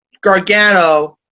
Gargano